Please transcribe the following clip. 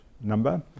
number